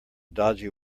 dodgy